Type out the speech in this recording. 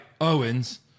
Owens